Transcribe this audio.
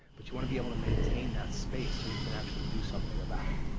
but you want to be able to maintain that space so you can actually do something about it.